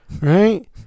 Right